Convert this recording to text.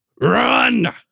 RUN